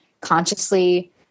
consciously